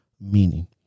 Meaning